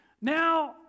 Now